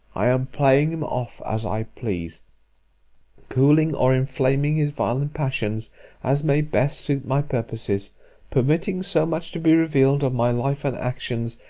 i am playing him off as i please cooling or inflaming his violent passions as may best suit my purposes permitting so much to be revealed of my life and actions,